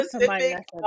specific